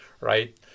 right